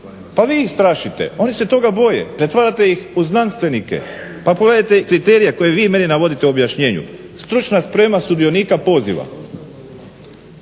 Pa vi ih strašite, oni se toga boje, pretvarate ih u znanstvenike. Pa pogledajte kriterije koje vi meni navodit u objašnjenju. Stručna sprema sudionika poziva,